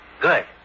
Good